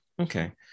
Okay